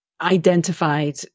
identified